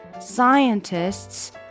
Scientists